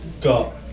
Got